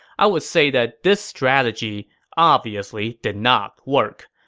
i'd say that this strategy obviously did not work.